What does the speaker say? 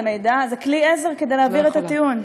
זה מידע, זה כלי עזר להבהיר את הטיעון.